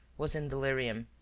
was in delirium.